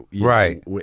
Right